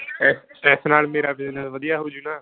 ਇਸ ਇਸ ਨਾਲ ਮੇਰਾ ਬਿਜ਼ਨਸ ਵਧੀਆ ਹੋ ਜਾਊ ਨਾ